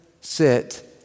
sit